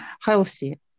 healthy